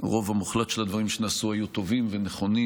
הרוב המוחלט של הדברים שנעשו היו טובים ונכונים,